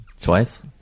Twice